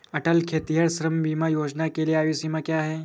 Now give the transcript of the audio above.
अटल खेतिहर श्रम बीमा योजना के लिए आयु सीमा क्या है?